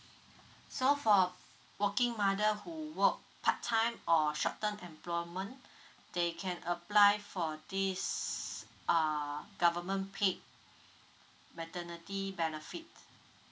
so for working mother who work part time or short term employment they can apply for this uh government paid maternity benefits